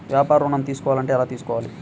వ్యాపార ఋణం తీసుకోవాలంటే ఎలా తీసుకోవాలా?